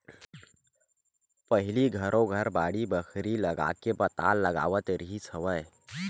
पहिली घरो घर बाड़ी बखरी लगाके पताल लगावत रिहिस हवय